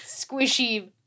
squishy